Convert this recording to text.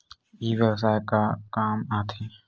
ई व्यवसाय का काम आथे?